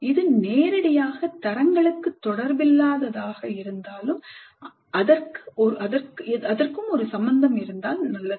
இது நேரடியாக தரங்களுக்கு தொடர்பில்லாததாக இருந்தாலும் அதற்கு ஒரு சம்மந்தம் இருக்க வேண்டும்